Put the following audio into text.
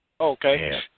Okay